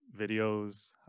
videos